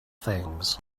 things